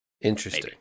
Interesting